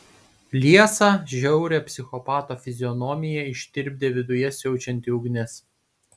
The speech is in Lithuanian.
liesą žiaurią psichopato fizionomiją ištirpdė viduje siaučianti ugnis